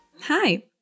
Hi